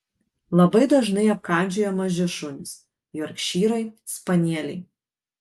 labai dažnai apkandžioja maži šunys jorkšyrai spanieliai